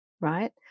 right